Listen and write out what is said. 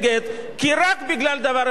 בגלל טעות של יוחנן פלסנר,